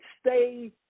stay